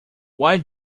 what